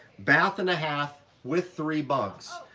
bath and a half with three bunks.